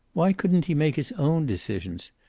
why couldn't he make his own decisions?